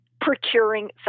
procuring